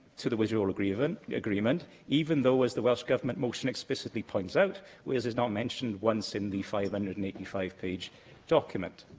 to the withdrawal agreement, even though, as the welsh government motion explicitly points out, wales is not mentioned once in the five hundred and eighty five page document.